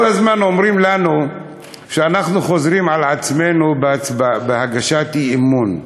כל הזמן אומרים לנו שאנחנו חוזרים על עצמנו בהגשת אי-אמון.